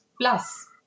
plus